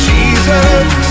Jesus